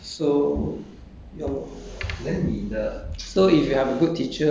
you forget what you eventually was so